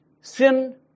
sin